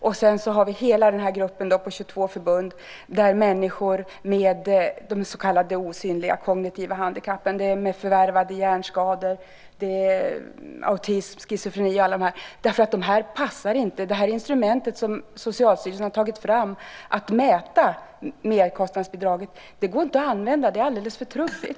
Sedan finns det hela den här gruppen på 22 förbund för människor med de så kallade osynliga, kognitiva handikappen. Det handlar om förvärvade hjärnskador, autism, schizofreni och så vidare. Det instrument som Socialstyrelsen har tagit fram för att mäta merkostnadsbidraget går inte att använda. Det är alldeles för trubbigt.